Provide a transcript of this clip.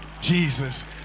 jesus